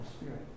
Spirit